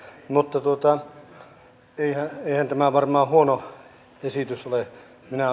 mutta eihän tämä varmaan huono esitys ole minä